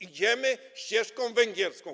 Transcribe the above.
Idziemy ścieżką węgierską.